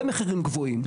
ומחירים גבוהים.